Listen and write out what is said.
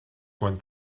quan